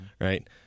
right